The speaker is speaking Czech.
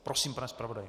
Prosím, pane zpravodaji.